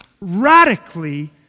radically